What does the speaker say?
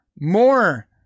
more